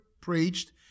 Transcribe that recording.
preached